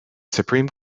supreme